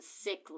sickly